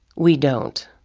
we don't.